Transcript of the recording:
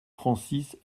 francis